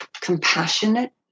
compassionate